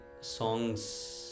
songs